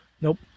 Nope